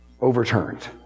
overturned